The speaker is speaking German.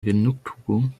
genugtuung